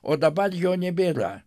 o dabar jo nebėra